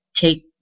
take